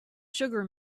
sugar